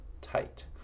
tight